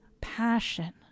passion